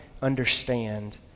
Understand